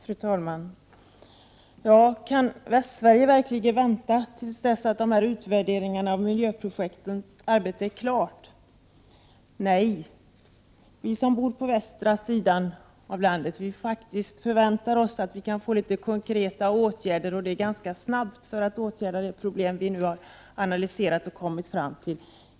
Fru talman! Kan Västsverige verkligen vänta till dess att arbetet med utvärderingen av miljöprojekten är klart? Nej! Vi som bor på landets västra sida förväntar oss faktiskt konkreta åtgärder, och det ganska snabbt, för att man skall kunna komma till rätta med de problem vi nu genom analyser har påvisat.